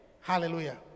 Hallelujah